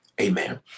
Amen